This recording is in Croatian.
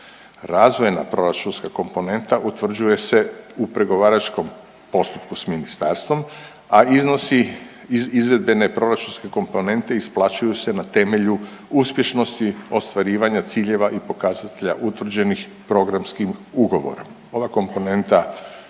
Razvojna proračunska komponenta utvrđuje se u pregovaračkom postupku s ministarstvom, a iznosi izvedbene proračunske komponente isplaćuju se na temelju uspješnosti ostvarivanja ciljeva i pokazatelja utvrđenih programskim ugovorom.